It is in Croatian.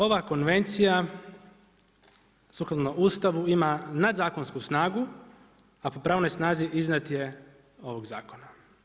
Ova konvencija sukladno Ustavu ima nadzakonsku snagu, a po pravnoj snazi iznad je ovog zakona.